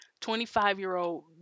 25-year-old